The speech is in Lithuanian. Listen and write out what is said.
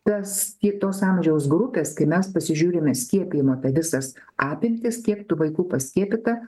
tas kitos amžiaus grupės kai mes pasižiūrime skiepijimo apie visas apimtis kiek tų vaikų paskiepyta